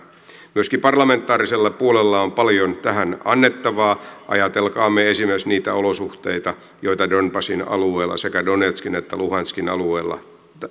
myöskin parlamentaarisella puolella on paljon tähän annettavaa ajatelkaamme esimerkiksi niitä olosuhteita joita donbassin alueella sekä donetskin että luhanskin alueella